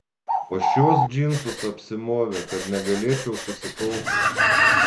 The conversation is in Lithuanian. o šiuos džinsus apsimovė kad negalėčiau susikaupti